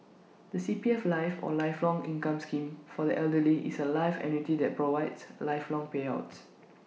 the C P F life or lifelong income scheme for the elderly is A life annuity that provides lifelong payouts